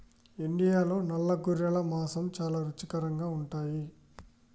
ఇండియాలో నల్ల గొర్రెల మాంసం చాలా రుచికరంగా ఉంటాయి